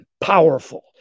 powerful